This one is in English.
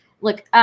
look